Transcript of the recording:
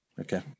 Okay